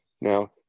Now